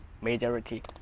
majority